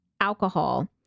alcohol